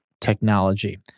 technology